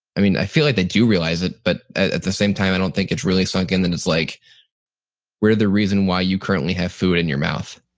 i mean, i feel like they do realize it, but at the same time, i don't think it's really sunk in that it's like we're the reason why you currently have food in your mouth.